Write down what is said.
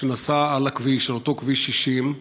שנסע על הכביש, על אותו כביש 60,